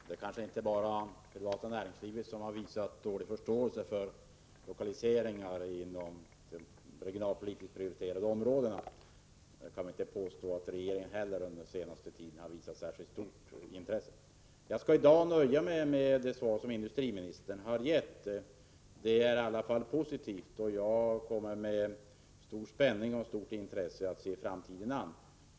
Herr talman! Det är kanske inte bara det privata näringslivet som har visat dålig förståelse för lokaliseringar inom de regionalpolitiskt prioriterade områdena. Man kan ju inte påstå att regeringen heller under den senaste tiden har visat särskilt stort intresse. Men jag skall i dag nöja mig med det svar industriministern har gett. Det är i alla fall positivt, och jag kommer att med stor spänning och stort intresse se framtiden an.